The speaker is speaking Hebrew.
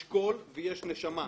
יש קול ויש נשמה.